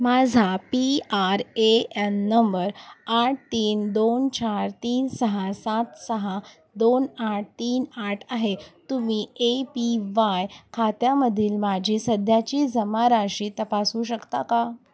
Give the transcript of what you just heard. माझा P R A N number आठ तीन दोन चार तीन सहा सात सहा दोन आठ तीन आठ आहे तुम्ही ए पी वाय खात्यामधील माझी सध्याची जमा राशी तपासू शकता का